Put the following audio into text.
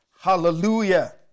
hallelujah